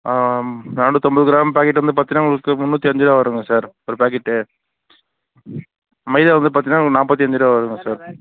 நானூற்றம்பது gram packet வந்து பார்த்தீங்கனா உங்களுக்கு முந்நூத்தஞ்சு ரூபாய் வருங்க சார் ஒரு பாக்கெட்டு மைதா வந்து பார்த்தீங்கனா உங்களுக்கு நாப்பத்தஞ்சு ரூபா வருங்க சார்